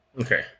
Okay